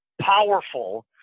powerful